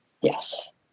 Yes